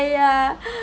ya